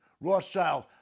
Rothschild